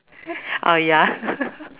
oh ya